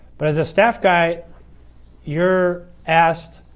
but as a staff guy you're asked